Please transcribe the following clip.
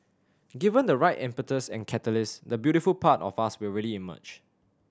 given the right impetus and catalyst the beautiful part of us will really emerge